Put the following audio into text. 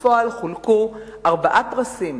ובפועל חולקו ארבעה פרסים